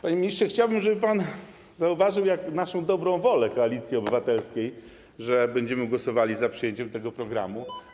Panie ministrze, chciałbym, żeby pan zauważył naszą dobrą wolę, Koalicji Obywatelskiej, że będziemy głosowali za przyjęciem tego programu.